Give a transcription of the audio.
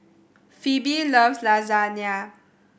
Phoebe loves Lasagna